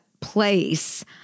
place